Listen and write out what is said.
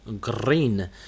green